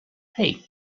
hey